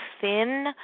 thin